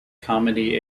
comedy